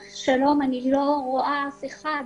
שלום, אני לא רואה אף אחד.